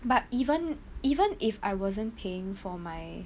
but even even if I wasn't paying for my